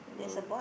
and then